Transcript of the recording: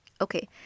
okay